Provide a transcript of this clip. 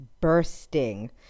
Bursting